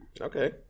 Okay